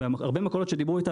והרבה מכולות שדיברו איתן